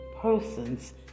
persons